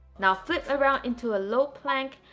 now flip around into a low plank,